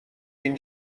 این